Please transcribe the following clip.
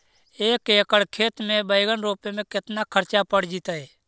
एक एकड़ खेत में बैंगन रोपे में केतना ख़र्चा पड़ जितै?